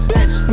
Bitch